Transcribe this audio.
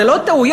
זה לא טעויות,